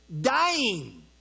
dying